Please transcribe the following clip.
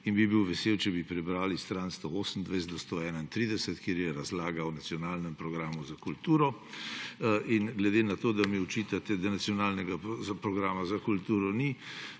in bi bil vesel, če bi prebrali strani 128–131, kjer je razlaga o nacionalnem programu za kulturo. Ker mi očitate, da nacionalnega programa za kulturo ni,